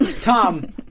Tom